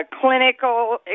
clinical